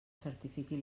certifiqui